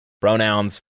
pronouns